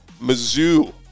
Mizzou